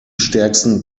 stärksten